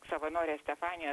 savanorė stefanija